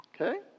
Okay